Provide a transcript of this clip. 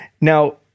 Now